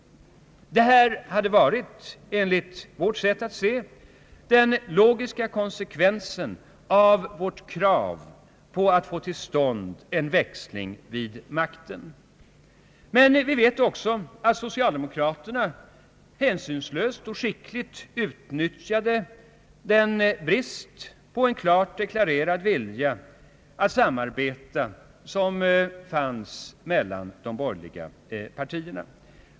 Det var, enligt vårt sätt att se, den logiska konsekvensen av vårt krav på att få till stånd en växling vid makten. Men vi vet också att socialdemokraterna hänsynslöst och skickligt utnyttjade den brist på en klart deklarerad vilja att samarbeta som fanns mellan de borgerliga partierna.